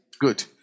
Good